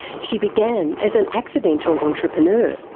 she began as an accidental entrepreneur,